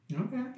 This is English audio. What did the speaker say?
Okay